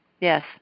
yes